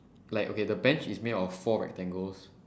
like okay the bench is made up of four rectangles